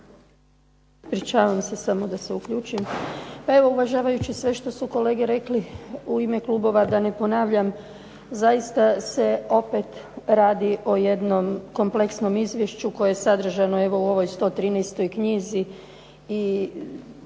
Ivanka (HDZ)** Pa evo uvažavajući sve što su kolege rekli u ime klubova, da ne ponavljam, zaista se opet radi o jednom kompleksnom izvješću koje je sadržano evo u ovoj 113. knjizi